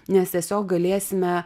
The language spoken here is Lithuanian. nes tiesiog galėsime